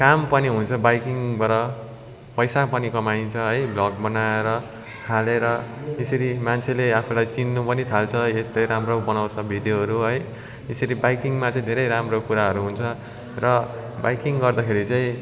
काम पनि हुन्छ बाइकिङबाट पैसा पनि कमाइन्छ है भ्लग बनाएर हालेर यसरी मान्छेले आफूलाई चिन्नु पनि थाल्छ यति राम्रो बनाउँछ भिडियोहरू है यसरी बाइकिङमा चाहिँ धेरै राम्रो कुराहरू हुन्छ र बाइकिङ गर्दाखेरि चाहिँ